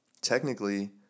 Technically